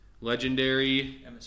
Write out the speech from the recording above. legendary